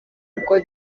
ubwo